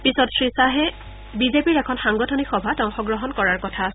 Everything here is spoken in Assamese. পিছত শ্ৰীশ্বাহে বিজেপিৰ এখন সাংগঠনিক সভাত অংশগ্ৰহণ কৰাৰ কথা আছে